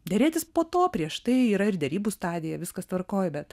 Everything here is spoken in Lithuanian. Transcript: derėtis po to prieš tai yra ir derybų stadija viskas tvarkoj bet